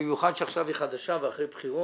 במיוחד שעכשיו היא חדשה ואחרי בחירות,